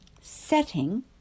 setting